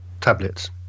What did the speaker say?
tablets